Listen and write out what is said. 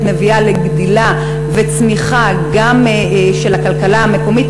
מביאה לגדילה וצמיחה גם של הכלכלה המקומית,